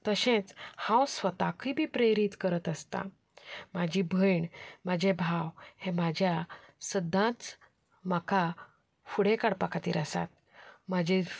तशेंच हांव स्वताकूय बी प्रेरीत करत आसता म्हाजी भयण म्हाजे भाव हे म्हाज्या सदांच म्हाका फुडें काडपा खातीर आसात म्हाजेर